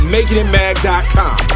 MakingItMag.com